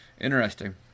interesting